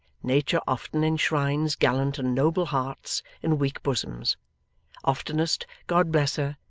nature often enshrines gallant and noble hearts in weak bosoms oftenest, god bless her,